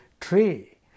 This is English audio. tree